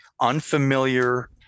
unfamiliar